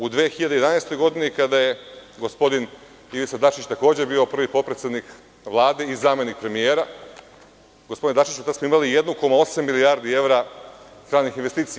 U 2011. godini kada je gospodin Ivica Dačić takođe bio prvi potpredsednik Vlade i zamenik premijera, gospodine Dačiću, tad smo imali 1,8 milijardi evra stranih investicija.